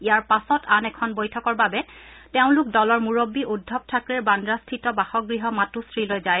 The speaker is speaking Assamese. ইয়াৰ পাছত আন এখন বৈঠকৰ বাবে তেওঁলোক দলৰ মূৰব্বী উদ্ধৱ থাকৰেৰ বাদ্ৰাস্থিত বাসগৃহত মাতোশ্ৰীলৈ যায়